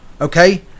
Okay